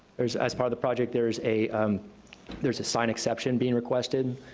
there's, as part of the project there's a um there's a sign exception being requested.